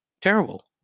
Terrible